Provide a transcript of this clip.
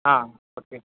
ആ ഓക്കെ